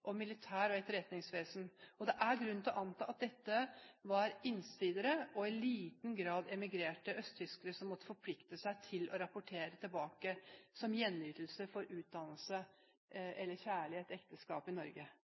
og etterretningsvesenet. Det er grunn til å anta at dette var insidere – og i liten grad emigrerte østtyskere som måtte forplikte seg til å rapportere tilbake, som gjenytelse for utdannelse eller kjærlighet og ekteskap i Norge.